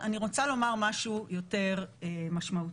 אני רוצה לומר משהו יותר משמעותי.